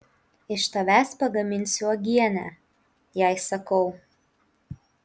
iš tavęs pagaminsiu uogienę jai sakau